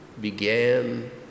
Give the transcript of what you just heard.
began